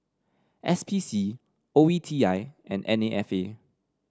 S P C O E T I and N A F A